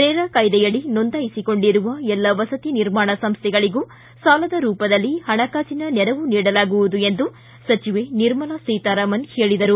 RERA ಕಾಯ್ದೆಯಡಿ ನೋಂದಾಯಿಸಿಕೊಂಡಿರುವ ಎಲ್ಲ ವಸತಿ ನಿರ್ಮಾಣ ಸಂಸ್ಥೆಗಳಗೂ ಸಾಲದ ರೂಪದಲ್ಲಿ ಹಣಕಾಸಿನ ನೆರವು ನೀಡಲಾಗುವುದು ಎಂದು ಸಚಿವೆ ನಿರ್ಮಲಾ ಸೀತಾರಾಮನ್ ಹೇಳಿದರು